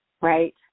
Right